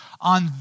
on